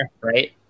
right